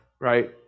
right